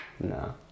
no